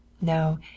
No